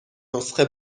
نسخه